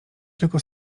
tylko